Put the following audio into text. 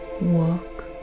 walk